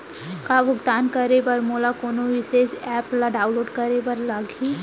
का भुगतान करे बर मोला कोनो विशेष एप ला डाऊनलोड करे बर लागही